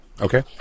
Okay